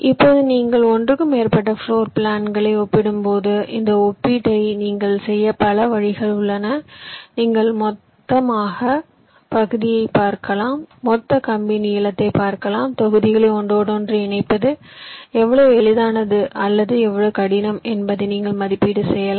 இப்போது நீங்கள் ஒன்றுக்கு மேற்பட்ட பிளோர் பிளான்களை ஒப்பிடும் போது இந்த ஒப்பீட்டை நீங்கள் செய்ய பல வழிகள் உள்ளன நீங்கள் மொத்தப் பகுதியைப் பார்க்கலாம் மொத்த கம்பி நீளத்தைப் பார்க்கலாம்தொகுதிகளை ஒன்றோடொன்று இணைப்பது எவ்வளவு எளிதானது அல்லது எவ்வளவு கடினம் என்பதை நீங்கள் மதிப்பீடு செய்யலாம்